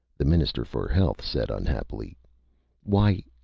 the minister for health said unhappily why.